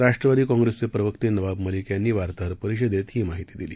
राष्ट्रवादी काँग्रेसचे प्रवक्ते नवाब मलिक यांनी पत्रकार परिषदेत ही माहिती दिली